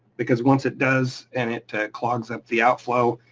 because once it does and it clogs up the outflow,